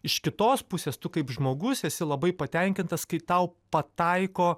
iš kitos pusės tu kaip žmogus esi labai patenkintas kai tau pataiko